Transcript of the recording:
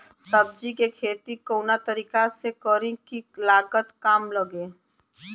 सब्जी के खेती कवना तरीका से करी की लागत काम लगे?